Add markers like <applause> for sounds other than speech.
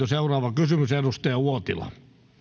<unintelligible> seuraava kysymys edustaja uotila